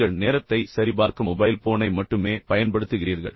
நீங்கள் நேரத்தை சரிபார்க்க மொபைல் போனை மட்டுமே பயன்படுத்துகிறீர்கள்